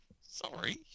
Sorry